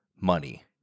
money